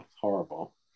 horrible